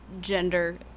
gender